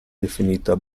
definita